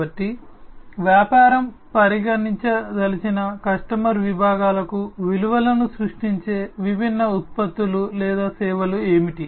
కాబట్టి వ్యాపారం పరిగణించదలిచిన కస్టమర్ విభాగాలకు విలువలను సృష్టించే విభిన్న ఉత్పత్తులు లేదా సేవలు ఏమిటి